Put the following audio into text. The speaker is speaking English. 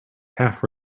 half